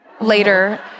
later